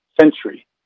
century